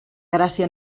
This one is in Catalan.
gràcia